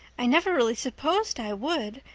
i never really supposed i would,